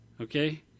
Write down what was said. Okay